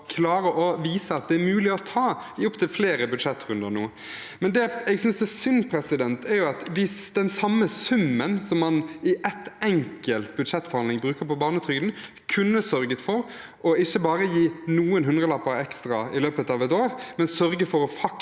å klare å vise at det er mulig å ta, i opptil flere budsjettrunder nå. Det jeg likevel synes er synd, er at den samme summen som man i en enkelt budsjettforhandling bruker på barnetrygden, kunne sørget for ikke bare å gi noen hundrelapper ekstra i løpet av et år,